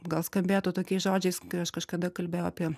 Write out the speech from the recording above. gal skambėtų tokiais žodžiais kai aš kažkada kalbėjau apie